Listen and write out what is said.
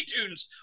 itunes